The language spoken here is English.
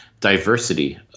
diversity